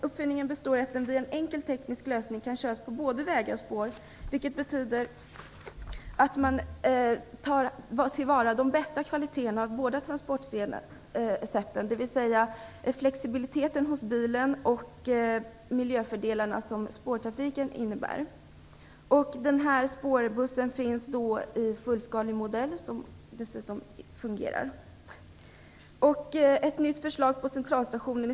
Uppfinningen består i att den via en enkel teknisk lösning kan köras på både vägar och spår, vilket betyder att man tillvaratar de bästa kvaliteterna av båda transportsätten, dvs. bilens flexibilitet och de miljöfördelar som spårtrafiken innebär. Spårbussen finns i fullskalig modell, och den fungerar dessutom.